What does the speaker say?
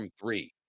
three